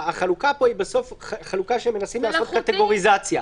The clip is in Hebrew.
החלוקה פה בסוף שמנסים לעשות קטגוריזציה.